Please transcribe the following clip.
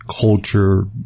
culture